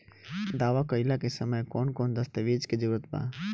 दावा कईला के समय कौन कौन दस्तावेज़ के जरूरत बा?